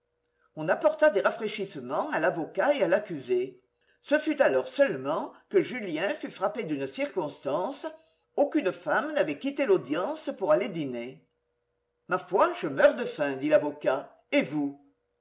on apporta des rafraîchissements à l'avocat et à l'accusé ce fut alors seulement que julien fut frappé d'une circonstance aucune femme n'avait quitté l'audience pour aller dîner ma foi je meurs de faim dit l'avocat et vous